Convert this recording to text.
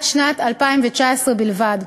עד שנת 2019 בלבד.